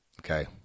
okay